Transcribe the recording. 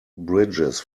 bridges